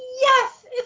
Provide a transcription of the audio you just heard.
yes